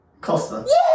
Costa